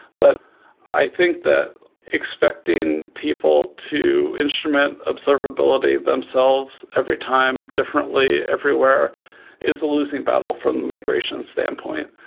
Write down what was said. but i think that expecting people to instrument observability themselves every time differently everywhere is a losing battle from migration's standpoint.